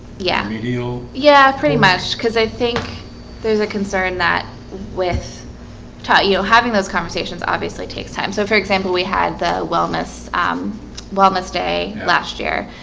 yeah, yeah pretty much because i think there's a concern that with taught, you know having those conversations obviously takes time. so for example, we had the wellness um wellness day last year,